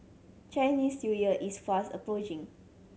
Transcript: Chinese New Year is fast approaching